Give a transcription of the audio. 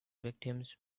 victims